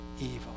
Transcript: evil